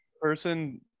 person